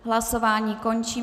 Hlasování končím.